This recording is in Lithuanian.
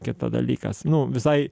kita dalykas nu visai